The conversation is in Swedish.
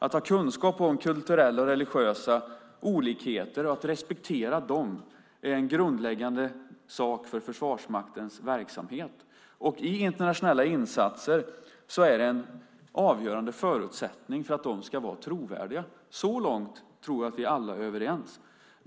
Att ha kunskap om kulturella och religiösa olikheter och att respektera dem är en grundläggande sak för Försvarsmaktens verksamhet. I internationella insatser är det en avgörande förutsättning för att de ska vara trovärdiga. Så långt tror jag att vi alla är överens.